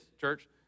church